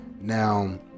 now